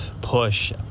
push